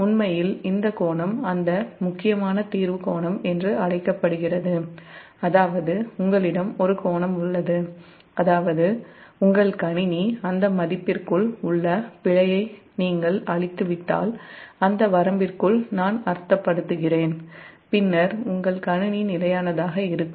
உண்மையில் இந்த கோணம் முக்கியமான தீர்வு கோணம் என்று அழைக்கப்படுகிறது அதாவது உங்களிடம் ஒரு கோணம் உள்ளது உங்கள் கணினி அந்த மதிப்பிற்குள் உள்ள பிழையை நீங்கள் அழித்துவிட்டால் அந்த வரம்பிற்குள் நான் அர்த்தப்படுத்துகிறேன் பின்னர் உங்கள் கணினி நிலையானதாக இருக்கும்